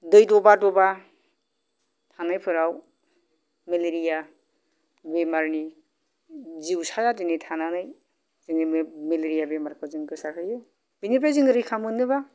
दै दबा दबा थानायफोराव मेलेरिया बेमारनि जिउसाया दिनै थानानै जोंनि जोङो मेलेरिया बेमारखौ जों गोसारहोयो बेनिफ्राय जों रैखा मोननोबा